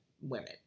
women